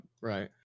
right